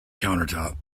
countertop